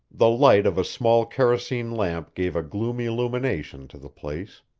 the light of a small kerosene lamp gave a gloomy illumination to the place.